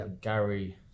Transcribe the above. Gary